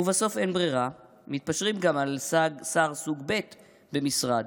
ובסוף, אין ברירה, מתפשרים גם על שר סוג ב' במשרד,